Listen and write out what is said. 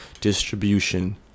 distribution